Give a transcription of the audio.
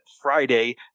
friday